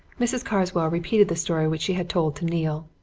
mrs. carswell repeated the story which she had told to neale.